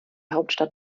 hauptstadt